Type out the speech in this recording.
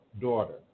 daughter